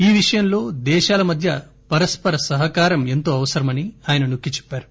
ఈ విషయంలో దేశాల మధ్య పరస్పర సహకారం ఎంతో అవసరమని ఆయన నొక్కిచెప్పారు